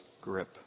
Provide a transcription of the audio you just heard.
grip